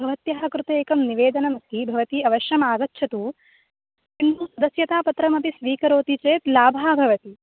भवत्यः कृते एकं निवेदनम् अस्ति भवती अवश्यम् आगच्छतु किं दक्षता पत्रमपि स्वीकरोति चेत् लाभः भवति